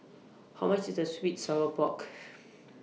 How much IS The Sweet Sour Pork